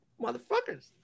motherfuckers